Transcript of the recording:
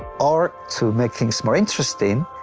or, to make things more interesting,